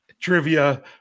Trivia